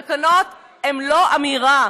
תקנות הן לא אמירה,